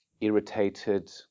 irritated